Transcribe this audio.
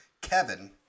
Kevin